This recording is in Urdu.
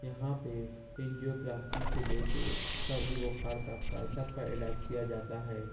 یہاں پہ فیوجیوتھراپی سے لے کے سردی بخار تک کا سب کا علاج کیا جاتا ہے